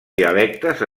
dialectes